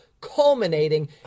culminating